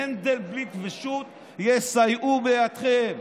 מנדלבליט ושות' יסייעו בידכם.